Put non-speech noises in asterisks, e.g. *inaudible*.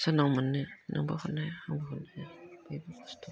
सोरनाव मोननो नोंबो हरनाया *unintelligible*